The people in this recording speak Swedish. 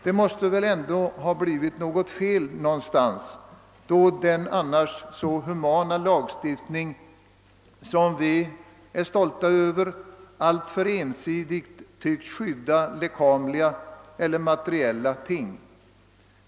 Det måste väl ändå ha blivit fel någonstans då den annars så humana lagstiftning, som vi är stolta över, alltför ensidigt tillåtes skydda enbart lekamliga eller materiella värden.